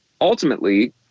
Ultimately